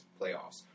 playoffs